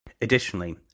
Additionally